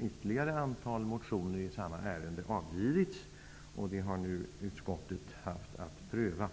ytterligare ett antal motioner i samma ärende avgivits, vilka utskottet nu har haft att pröva.